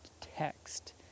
text